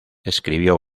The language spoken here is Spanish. escribió